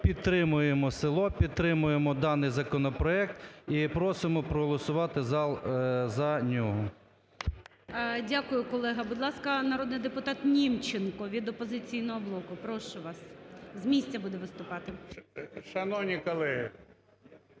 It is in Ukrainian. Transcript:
підтримуємо село, підтримуємо даний законопроект . І просимо проголосувати зал за нього. ГОЛОВУЮЧИЙ. Дякую, колега. Будь ласка, народний депутат Німченко, від "Опозиційного блоку". Прошу вас. З місця буде виступати. 13:20:11